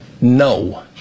No